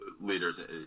leaders